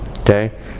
Okay